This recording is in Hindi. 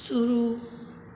शुरू